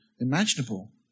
imaginable